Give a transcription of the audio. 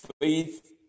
faith